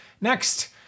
Next